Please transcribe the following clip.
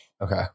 Okay